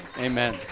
Amen